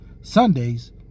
Sundays